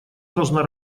должна